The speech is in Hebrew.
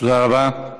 תודה רבה.